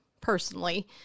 personally